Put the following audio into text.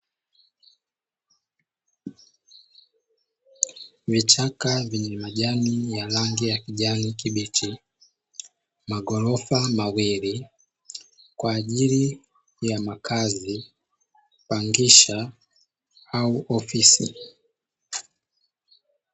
Vichaka vyenye majani ya rangi ya kijani kibichi, magorofa mawili kwa ajili ya makazi, kupangisha au ofisi.